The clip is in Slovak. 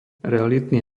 realitný